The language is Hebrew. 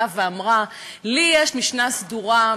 באה ואמרה: לי יש משנה סדורה,